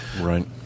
right